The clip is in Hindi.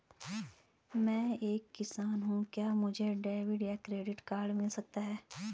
मैं एक किसान हूँ क्या मुझे डेबिट या क्रेडिट कार्ड मिल सकता है?